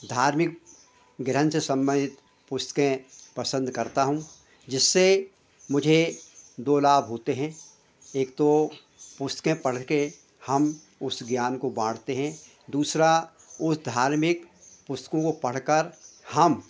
धार्मिक ग्रंथ से संबंधित पुस्तकें पसंद करता हूँ जिससे मुझे दो लाभ होते हैं एक तो वे पुस्तकें पढ़कर हम उस ज्ञान को बाँटते हैं दूसरा उस धार्मिक पुस्तकों को पढ़कर हम